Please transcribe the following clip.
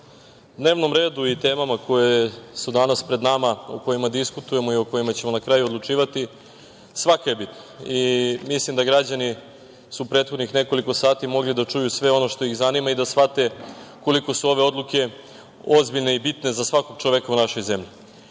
dnevnom redu i temama koje su danas pred nama, o kojima diskutujemo i o kojima ćemo na kraju odlučivati, svaka je bitna. Mislim da su građani prethodnih nekoliko sati mogli da čuju sve ono što ih zanima i shvate koliko su ove odluke ozbiljne i bitne za svakog čoveka u našoj